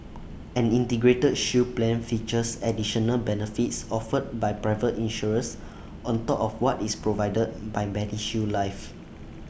an integrated shield plan features additional benefits offered by private insurers on top of what is provided by medishield life